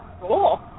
Cool